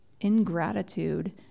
ingratitude